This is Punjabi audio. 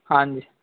ਹਾਂਜੀ